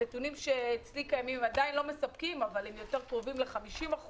הנתונים שאצלי קיימים הם עדיין לא מספקים אבל הם יותר קרובים ל-50%,